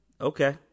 Okay